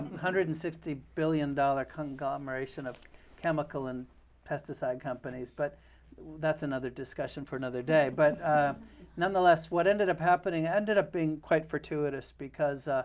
hundred and sixty billion dollars conglomeration of chemical and pesticide companies. but that's another discussion for another day. but nonetheless, what ended up happening ended up being quite fortuitous, because